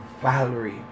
Valerie